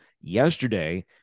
yesterday